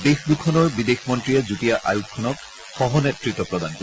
দেশ দুখনৰ বিদেশ মন্নীয়ে যুটীয়া আয়োগখনক সহ নেতৃত্ব প্ৰদান কৰিব